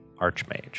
Archmage